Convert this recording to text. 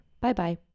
Bye-bye